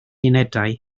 unedau